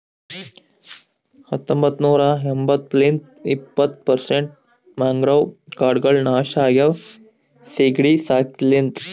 ಹತೊಂಬತ್ತ ನೂರಾ ಎಂಬತ್ತು ಲಿಂತ್ ಇಪ್ಪತ್ತು ಪರ್ಸೆಂಟ್ ಮ್ಯಾಂಗ್ರೋವ್ ಕಾಡ್ಗೊಳ್ ನಾಶ ಆಗ್ಯಾವ ಸೀಗಿಡಿ ಸಾಕಿದ ಲಿಂತ್